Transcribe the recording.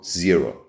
zero